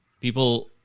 people